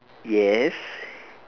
yes